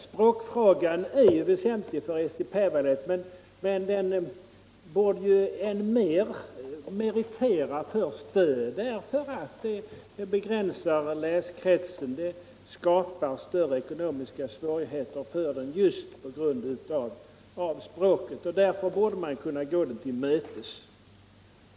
Språkfrågan är väsentlig för Eesti Päevaleht, men språket borde än mer meritera för stöd, därför att det begränsar läsekretsen och skapar stora ekonomiska svårigheter. Därför borde man kunna gå den till mötes.